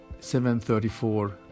7.34